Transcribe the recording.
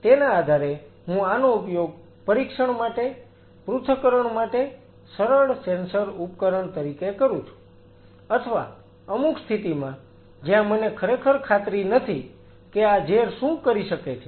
તેથી તેના આધારે હું આનો ઉપયોગ પરીક્ષણ માટે પૃથ્થકરણ માટે સરળ સેન્સર ઉપકરણ તરીકે કરું છું અથવા અમુક સ્થિતિમાં જ્યાં મને ખરેખર ખાતરી નથી કે આ ઝેર શું કરી શકે છે